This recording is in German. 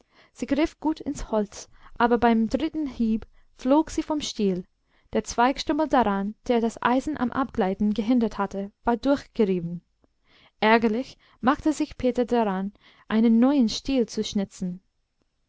sie griff gut ins holz aber beim dritten hieb flog sie vom stiel der zweigstummel daran der das eisen am abgleiten gehindert hatte war durchgerieben ärgerlich machte sich peter daran einen neuen stiel zu schnitzen